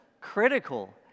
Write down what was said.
critical